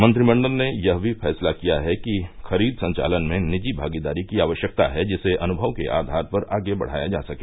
मंत्रिमंडल ने यह भी फैसला किया है कि खरीद संचालन में निजी भागीदारी की आवश्यकता है जिसे अनुभव के आधार पर आगे बढ़ाया जा सके